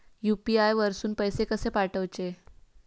UPI वरसून पैसे कसे पाठवचे?